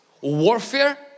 warfare